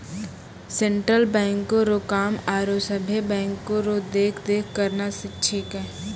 central बैंको रो काम आरो सभे बैंको रो देख रेख करना छिकै